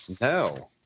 no